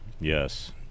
Yes